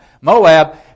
Moab